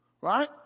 Right